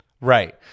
right